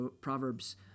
Proverbs